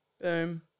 Boom